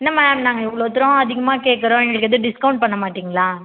என்ன மேம் நாங்கள் இவ்வளோ தூரம் அதிகமாக கேட்குறோம் எங்களுக்கு ஏதும் டிஸ்கவுண்ட் பண்ண மாட்டிங்களா